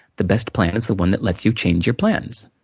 the best plan is the one that lets you change your plans.